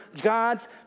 God's